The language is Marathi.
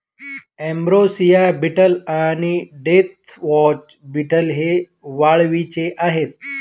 अंब्रोसिया बीटल आणि डेथवॉच बीटल हे वाळवीचे आहेत